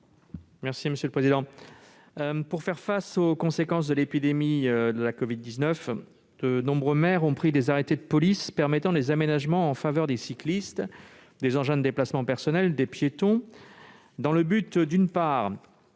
M. Didier Marie. Pour faire face aux conséquences de l'épidémie de covid-19, de nombreux maires ont pris des arrêtés de police permettant des aménagements en faveur des cyclistes, des engins de déplacement personnel et des piétons, dans le but, d'une part,